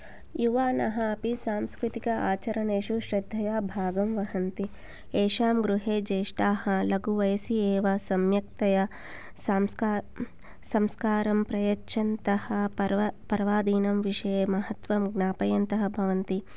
युवानः अपि सांस्कृतिक आचरणेषु श्रद्धया भागं वहन्ति एषां गृहे ज्येष्ठाः लघुवयसी एव सम्यक्तया सांस्का संस्कारं प्रयच्छन्तः पर्वा पर्वादीनां विषये महत्वं ज्ञापायन्तः भवन्ति